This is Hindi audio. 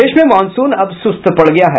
प्रदेश में मॉनसून अब सुस्त पड़ गया है